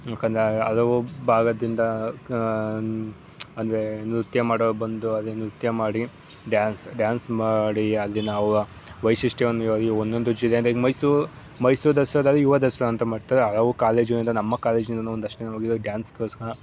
ಯಾಕೆಂದ್ರೆ ಅಲ್ಲಿ ಹಲವು ಭಾಗದಿಂದ ಅಂದರೆ ನೃತ್ಯ ಮಾಡೋರು ಬಂದು ಅಲ್ಲಿ ನೃತ್ಯ ಮಾಡಿ ಡ್ಯಾನ್ಸ್ ಡ್ಯಾನ್ಸ್ ಮಾಡಿ ಅಲ್ಲಿ ನಾವು ವೈಶಿಷ್ಟ್ಯವನ್ನು ಇವಾಗ ಈ ಒಂದೊಂದು ಜಿಲ್ಲೆಯಂದ್ರೆ ಈಗ ಮೈಸೂರು ಮೈಸೂರು ದಸರಾದಲ್ಲಿ ಯುವ ದಸರಾ ಅಂತ ಮಾಡ್ತಾರೆ ಹಲವು ಕಾಲೇಜಿನಿಂದ ನಮ್ಮ ಕಾಲೇಜಿನಿಂದಲೂ ಒಂದಷ್ಟು ಜನ ಹೋಗಿ ಅಲ್ಲಿ ಡ್ಯಾನ್ಸ್ ಕಲ್ಸ್ಕೊ